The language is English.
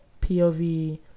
POV